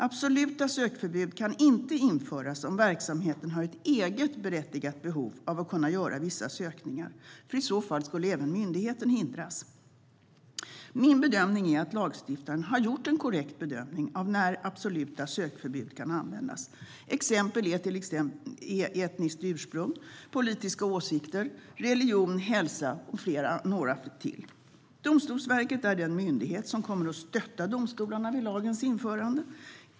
Absoluta sökförbud kan inte införas om verksamheten har ett eget berättigat behov av att kunna göra vissa sökningar. I så fall skulle även myndigheten hindras. Min bedömning är att lagstiftaren har gjort en korrekt bedömning av när absoluta sökförbud kan användas. Som exempel kan nämnas etniskt ursprung, politiska åsikter, religion, hälsa med flera. Domstolsverket är den myndighet som kommer att stötta domstolarna vid lagens införande.